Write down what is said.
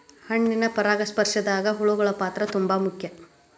ಹಣ್ಣಿನ ಪರಾಗಸ್ಪರ್ಶದಾಗ ಹುಳಗಳ ಪಾತ್ರ ತುಂಬಾ ಮುಖ್ಯ